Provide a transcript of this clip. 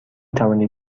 توانید